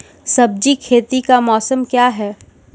सब्जी खेती का मौसम क्या हैं?